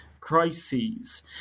crises